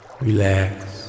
Relax